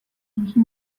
یکی